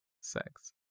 sex